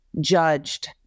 judged